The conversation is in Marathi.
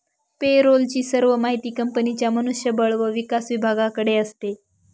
पे रोल ची सर्व माहिती कंपनीच्या मनुष्य बळ व विकास विभागाकडे असते